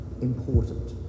important